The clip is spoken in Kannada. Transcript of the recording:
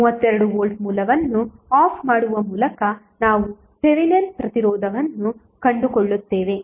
32 ವೋಲ್ಟ್ ಮೂಲವನ್ನು ಆಫ್ ಮಾಡುವ ಮೂಲಕ ನಾವು ಥೆವೆನಿನ್ ಪ್ರತಿರೋಧವನ್ನು ಕಂಡುಕೊಳ್ಳುತ್ತೇವೆ